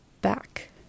back